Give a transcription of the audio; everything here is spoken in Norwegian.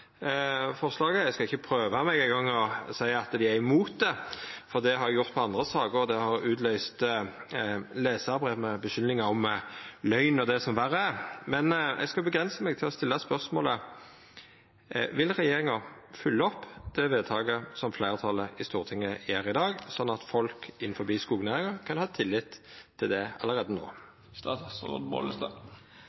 forslaget. Eg skal ikkje eingong prøva meg på å seia at dei er imot det, for det har eg gjort i andre saker, og det har utløyst lesarbrev med skuldingar om løgn og det som verre er. Eg skal avgrensa meg til å stilla spørsmålet: Vil regjeringa fylgja opp det vedtaket som fleirtalet i Stortinget gjer i dag, sånn at folk innanfor skognæringa kan ha tillit til det allereie